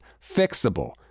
fixable